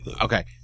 Okay